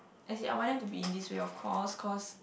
as in I want them to be in this way of course cause